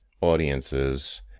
audiences